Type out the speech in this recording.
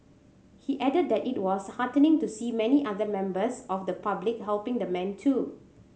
he added that it was heartening to see many other members of the public helping the man too